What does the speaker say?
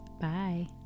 Bye